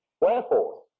wherefore